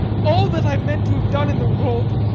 all that i meant to have done in the world